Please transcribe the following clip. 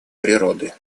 природы